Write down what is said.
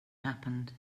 happened